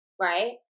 right